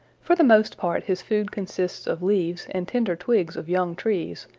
for the most part his food consists of leaves and tender twigs of young trees,